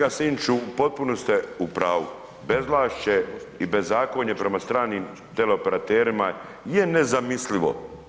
Kolega Sinčiću, potpuno ste u pravu, bezvlašće i bezakonje prema stranim teleoperaterima je nezamislivo.